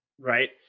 Right